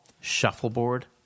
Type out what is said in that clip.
shuffleboard